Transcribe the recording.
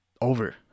Over